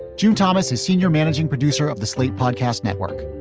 jay thomas is senior managing producer of the slate podcast network.